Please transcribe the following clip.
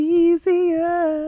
easier